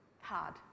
hard